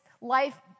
life